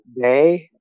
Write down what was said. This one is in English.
day